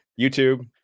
YouTube